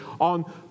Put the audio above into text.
on